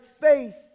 faith